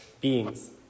beings